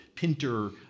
Pinter